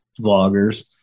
vloggers